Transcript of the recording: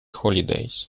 holidays